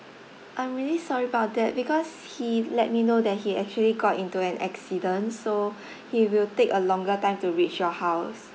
I'm really sorry about that because he let me know that he actually got into an accident so he will take a longer time to reach your house